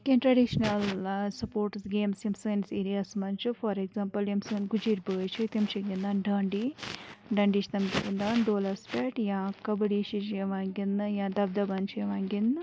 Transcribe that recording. کینٛہہ traditional sports games یِم سٲنس ایریا ہس منٛز چھِ فار ایٚکزامپٕل یِم سٲنۍ گُجٕر بٲے چھِ تِم چھِ گِندان ڑانڑی ڑانڑی چھِ تِم گِندان گولس پٮ۪ٹھ یا کَبڑی چھِ یوان گِندنہٕ یا دَبدَبان چھِ یوان گِندنہٕ